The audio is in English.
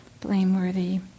blameworthy